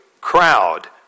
crowd